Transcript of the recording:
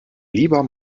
lieber